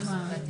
רביעית,